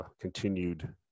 continued